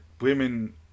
women